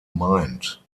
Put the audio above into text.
mind